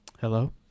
Hello